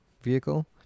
vehicle